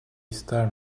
ister